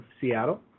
Seattle